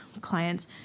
clients